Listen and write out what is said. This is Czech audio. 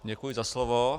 Děkuji za slovo.